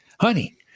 honey